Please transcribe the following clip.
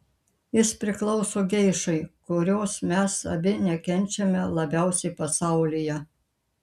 jis priklauso geišai kurios mes abi nekenčiame labiausiai pasaulyje